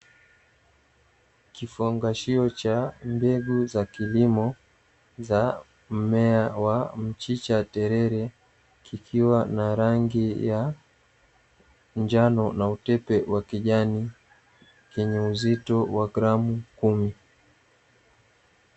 Kifungashio cha mbegu za kilimo za mmea wa mchicha wa terere, kikiwa na rangi ya njano na utepe wa kijani yenye uzito wa gramu kumi.